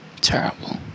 terrible